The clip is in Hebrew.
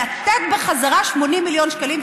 לתת בחזרה 80 מיליון שקלים?